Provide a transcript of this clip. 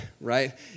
right